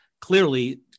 clearly